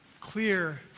clear